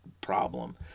problem –